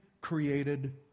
created